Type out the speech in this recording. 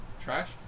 trash